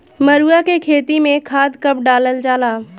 मरुआ के खेती में खाद कब डालल जाला?